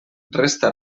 resta